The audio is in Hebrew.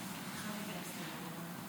(41) של קבוצת סיעת הליכוד,